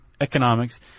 economics